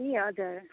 ए हजुर